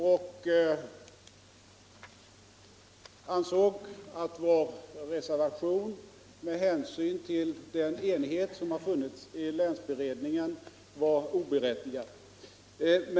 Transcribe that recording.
Han ansåg att vår reservation var oberättigad med hänsyn till den enighet som funnits i länsberedningen.